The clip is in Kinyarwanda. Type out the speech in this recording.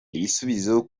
ibisubizo